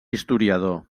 historiador